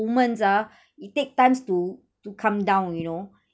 womans ah it take times to to come down you know